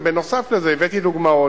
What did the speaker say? ובנוסף לזה הבאתי דוגמאות,